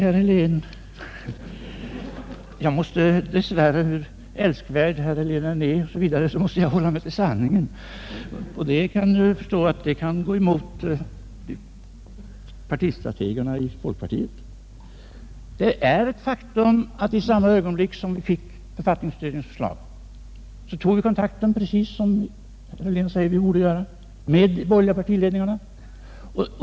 Nej, herr Helén! Hur älskvärd herr Helén än är måste jag dessvärre hålla mig till sanningen — jag förstär att det kan gå emot partistrategerna i folkpartiet. Det är ett faktum att i samma Ögonblick som vi fick författningsutredningens förslag så tog vi — precis som herr Helén säger att vi borde göra — kontakt med de borgerliga partiledningarna.